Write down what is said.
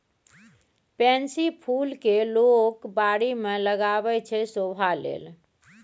pansy फुल केँ लोक बारी मे लगाबै छै शोभा लेल